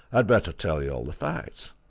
had better tell you all the facts.